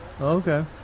Okay